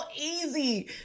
easy